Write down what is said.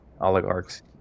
oligarchs